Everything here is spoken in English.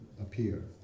appear